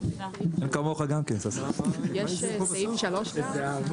טעות, סעיף 86 3 מי בעד?